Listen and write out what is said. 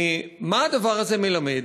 מה הדבר הזה מלמד?